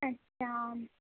اچھا